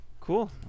Cool